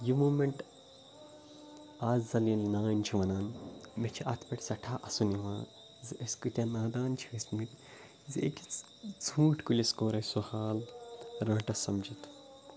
یہِ مومٮ۪نٹ آز زَن یہِ نانۍ چھِ وَنان مےٚ چھُ اَتھ پٮ۪ٹھ سٮ۪ٹھاہ اَسُن یِوان زِ أسۍ کۭتیاہ نادان چھِ ٲسۍمٕتۍ زِ أکِس ژوٗنٛٹھۍ کُلِس کوٚر اسہِ سُہ حال رانٛٹَس سَمجِتھ